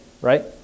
Right